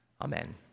Amen